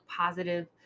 positive